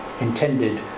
intended